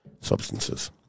substances